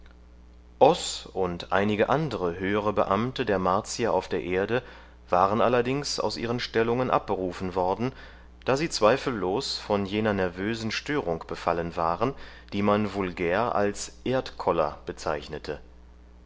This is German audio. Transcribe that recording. und einige andere höhere beamte der martier auf der erde waren allerdings aus ihren stellungen abberufen worden da sie zweifellos von jener nervösen störung befallen waren die man vulgär als erdkoller bezeichnete